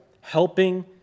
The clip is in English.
helping